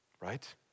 right